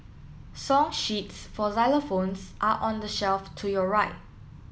song sheets for xylophones are on the shelf to your right